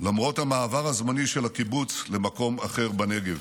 למרות המעבר הזמני של הקיבוץ למקום אחר בנגב.